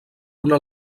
una